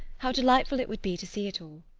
how delightful it would be to see it all.